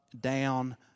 down